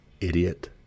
idiot